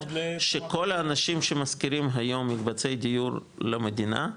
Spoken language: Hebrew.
שכל האנשים שמשכירים היום מקבצי דיור למדינה,